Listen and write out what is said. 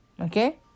okay